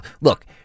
look